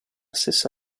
stessa